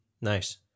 Nice